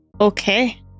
okay